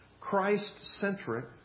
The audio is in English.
Christ-centric